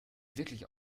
wirklich